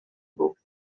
books